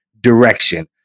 direction